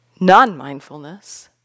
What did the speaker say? non-mindfulness